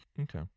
Okay